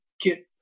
get